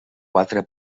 quatre